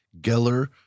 Geller